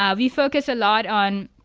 um we focus a lot on,